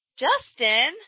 Justin